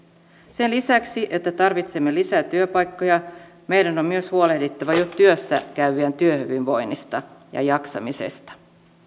sen lisäksi että tarvitsemme lisää työpaikkoja meidän on myös huolehdittava jo työssä käyvien työhyvinvoinnista ja jaksamisesta